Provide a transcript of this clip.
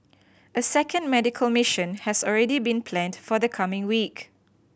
a second medical mission has already been planned for the coming week